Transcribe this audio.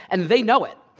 and they know it.